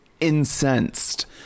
incensed